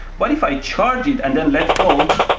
but if i charge it and then let go.